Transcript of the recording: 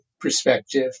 perspective